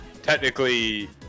Technically